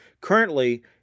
currently